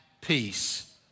peace